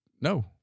No